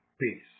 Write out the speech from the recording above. peace